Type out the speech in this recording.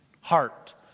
heart